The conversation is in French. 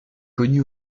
connu